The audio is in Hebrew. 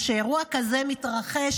כשאירוע כזה מתרחש,